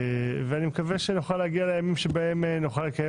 אני מקווה שנגיע לימים שבהם נוכל לקיים